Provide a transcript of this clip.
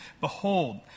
Behold